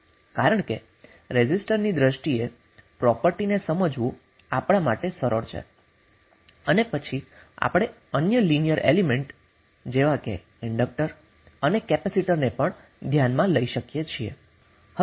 કારણ કે રેઝિસ્ટરની દ્રષ્ટિએ પ્રોપર્ટીને સમજવું આપણા માટે સરળ છે અને પછી આપણે અન્ય લિનિયર એલિમેન્ટ જેવા કે ઇન્ડક્ટર અને કેપેસિટર ને પણ ધ્યાનમાં લઇ શકીએ છીએ